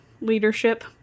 leadership